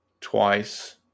twice